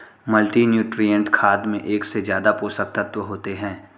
multinutrient खाद में एक से ज्यादा पोषक तत्त्व होते है